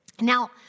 Now